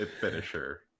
finisher